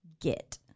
get